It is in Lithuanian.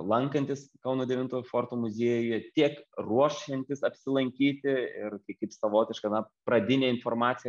lankantis kauno devintojo forto muziejuje tiek ruošiantis apsilankyti ir kaip savotišką na pradinę informaciją